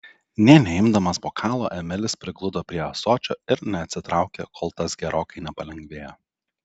nė neimdamas bokalo emilis prigludo prie ąsočio ir neatsitraukė kol tas gerokai nepalengvėjo